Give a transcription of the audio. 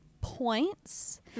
points –